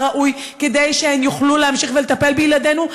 ראוי כדי שהן יוכלו להמשיך ולטפל בילדינו?